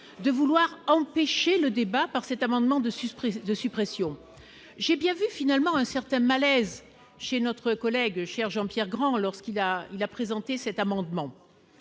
de vouloir empêcher le débat par cet amendement de surprises, de suppression, j'ai bien vu finalement un certain malaise chez notre collègue cher Jean-Pierre Grand lorsqu'il a, il a présenté cet amendement,